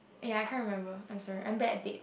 ya can't remember I'm sorry I'm bad at date